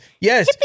yes